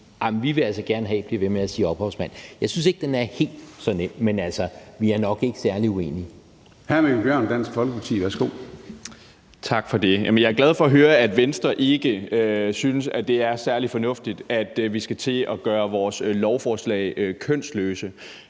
at vi altså gerne vil have, at de bliver ved med at sige ophavsmand? Jeg synes ikke, den er helt så nem, men altså, vi er nok ikke særlig uenige. Kl. 10:53 Formanden (Søren Gade): Hr. Mikkel Bjørn, Dansk Folkeparti. Værsgo. Kl. 10:53 Mikkel Bjørn (DF): Tak for det. Jeg er glad for høre, at Venstre ikke synes, det er særlig fornuftigt, at vi skal til at gøre vores lovforslag kønsløse.